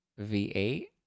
V8